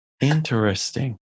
Interesting